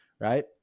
right